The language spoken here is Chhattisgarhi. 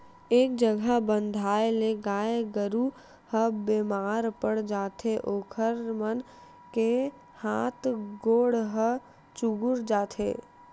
एके जघा बंधाए ले गाय गरू ह बेमार पड़ जाथे ओखर मन के हात गोड़ ह चुगुर जाथे